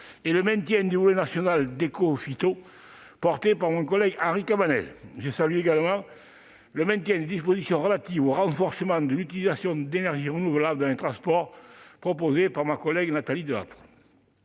et le maintien du volet national d'Écophyto, défendu par Henri Cabanel. Je salue également le maintien des dispositions relatives au renforcement de l'utilisation d'énergies renouvelables dans les transports, proposées par Nathalie Delattre.